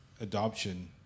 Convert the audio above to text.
adoption